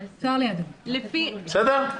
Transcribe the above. בסדר?